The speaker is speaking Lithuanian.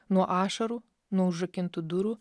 nuo ašarų nuo užrakintų durų